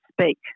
speak